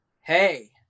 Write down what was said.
hey